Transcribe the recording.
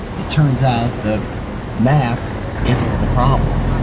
it turns out the math isn't the problem.